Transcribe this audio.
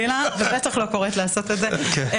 אני בטח לא קוראת לעשות את זה אבל